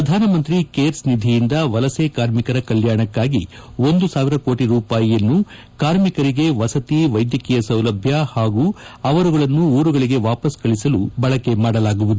ಪ್ರಧಾನಮಂತ್ರಿ ಕೇರ್ಸ್ ನಿಧಿಯಿಂದ ವಲಸೆ ಕಾರ್ಮಿಕರ ಕಲ್ವಾಣಕ್ಕಾಗಿ ಒಂದು ಸಾವಿರ ಕೋಟಿ ರೂಪಾಯಿಯನ್ನು ಕಾರ್ಮಿಕರಿಗೆ ವಸತಿ ವೈದ್ವಕೀಯ ಸೌಲಭ್ವ ಹಾಗೂ ಅವರುಗಳನ್ನು ಊರುಗಳಿಗೆ ವಾಪಸ್ಸು ಕಳಿಸಲು ಬಳಕೆ ಮಾಡಲಾಗುವುದು